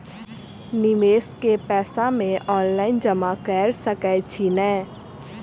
निवेश केँ पैसा मे ऑनलाइन जमा कैर सकै छी नै?